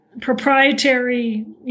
proprietary